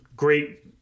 great